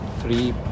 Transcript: three